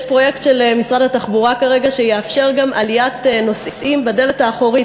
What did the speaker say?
יש כרגע פרויקט של משרד התחבורה שיאפשר גם עליית נוסעים בדלת האחורית,